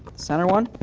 center one.